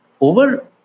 Over